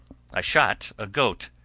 i shot a goat,